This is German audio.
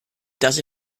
dass